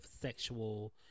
sexual